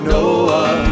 Noah